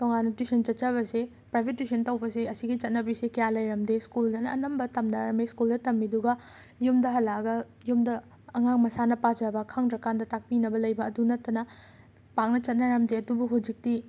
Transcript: ꯇꯣꯉꯥꯟꯅ ꯇꯨꯏꯁꯟ ꯆꯠꯆꯕꯁꯦ private tuition ꯇꯧꯕꯁꯦ ꯑꯁꯤꯒꯤ ꯆꯠꯅꯕꯤꯁꯦ ꯀꯌꯥ ꯂꯩꯔꯝꯗꯦ ꯁ꯭ꯀꯨꯜꯗꯅ ꯑꯅꯝꯕ ꯇꯝꯅꯔꯝꯃꯤ ꯁ꯭ꯀꯨꯜꯗ ꯇꯝꯃꯤꯗꯨꯒ ꯌꯨꯝꯗ ꯍꯜꯂꯛꯑꯒ ꯌꯨꯝꯗ ꯑꯉꯥꯡ ꯃꯁꯥꯅ ꯄꯥꯖꯕ ꯈꯪꯗ꯭ꯔꯀꯥꯟꯗ ꯇꯥꯛꯄꯤꯅꯕ ꯂꯩꯕ ꯑꯗꯨ ꯅꯠꯇꯅ ꯄꯥꯛꯅ ꯆꯠꯅꯔꯝꯗꯦ ꯑꯗꯨꯕꯨ ꯍꯧꯖꯤꯛꯇꯤ